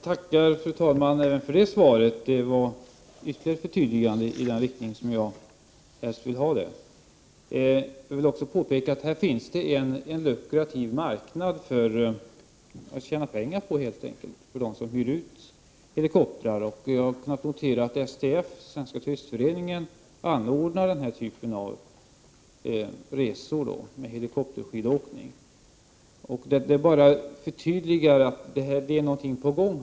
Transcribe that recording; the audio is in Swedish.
Fru talman! Jag tackar för det svaret. Det var ytterligare ett förtydligande i den riktning som jag helst önskar. Jag vill också påpeka att det här finns en lukrativ marknad, där de som hyr ut helikoptrar kan tjäna pengar. Jag har kunnat notera att STF, Svenska Turistföreningen, anordnar en typ av resor med helikopterskidåkning. Det bara förtydligar att det är någonting på gång.